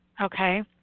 okay